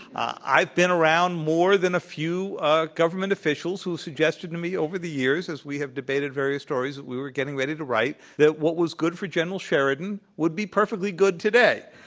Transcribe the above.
i've been around more than a few ah government officials who have suggested to me over the years as we have debated various stories that we were getting ready to write that what was good for general sheridan would be perfectly good today.